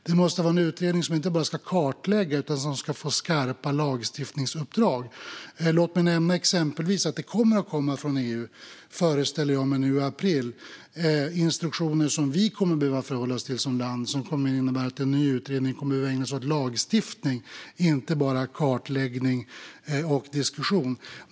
Det måste vara en utredning som inte bara ska kartlägga utan som ska få skarpa lagstiftningsuppdrag. Låt mig exempelvis nämna att jag föreställer mig att det nu i april kommer att komma instruktioner från EU som vi behöver förhålla oss till som land. Det innebär att en ny utredning kommer att behöva ägna sig åt lagstiftning och inte bara kartläggning och diskussion.